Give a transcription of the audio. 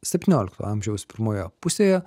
septyniolikto amžiaus pirmoje pusėje